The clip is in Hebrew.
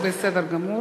בסדר גמור.